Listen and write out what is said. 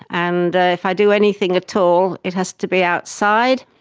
and if i do anything at all, it has to be outside.